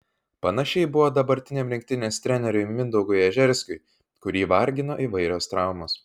panašiai buvo dabartiniam rinktinės treneriui mindaugui ežerskiui kurį vargino įvairios traumos